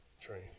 train